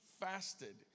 fasted